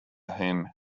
whom